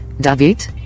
David